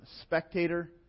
spectator